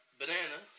banana